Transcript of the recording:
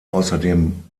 außerdem